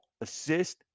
assist